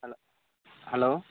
hello hello